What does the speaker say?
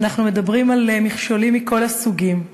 אנחנו מדברים על מכשולים מכל הסוגים,